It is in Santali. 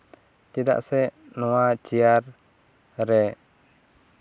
ᱪᱮᱫᱟᱜ ᱥᱮ ᱱᱚᱶᱟ ᱪᱮᱭᱟᱨ ᱨᱮ